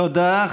תודה.